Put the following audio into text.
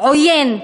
עוין,